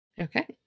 Okay